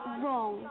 wrong